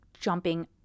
jumping